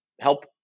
help